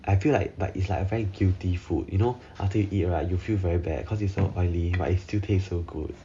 I feel like but it's like very guilty food you know after you eat right you feel very bad cause it's so oily but it's still taste so good